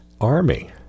Army